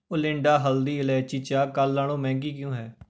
ਓਲਿੰਡਾ ਹਲਦੀ ਇਲਾਇਚੀ ਚਾਹ ਕੱਲ੍ਹ ਨਾਲੋਂ ਮਹਿੰਗੀ ਕਿਉਂ ਹੈ